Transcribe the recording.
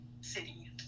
city